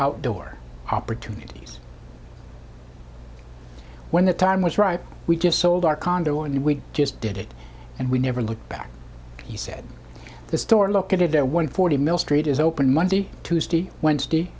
outdoor opportunities when the time was right we just sold our condo and we just did it and we never looked back he said the store located there one forty mill street is open monday tuesday wednesday